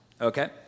Okay